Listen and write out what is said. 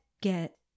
get